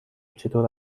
چطور